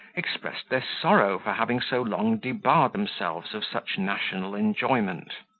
expressed their sorrow for having so long debarred themselves of such national enjoyment.